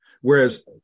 Whereas